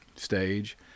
stage